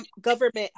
government